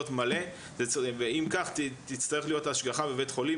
מלא ואם כך תצטרך להיות השגחה בבית חולים,